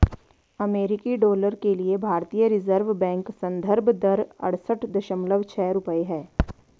अमेरिकी डॉलर के लिए भारतीय रिज़र्व बैंक संदर्भ दर अड़सठ दशमलव छह रुपये है